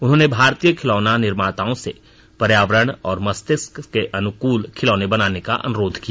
उन्होंने भारतीय खिलौना निर्माताओं से पर्यावरण और मस्तिष्क के अनुकूल खिलौने बनाने का अनुरोध किया